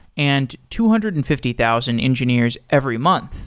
and two hundred and fifty thousand engineers every month.